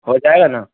ہو جائے گا نا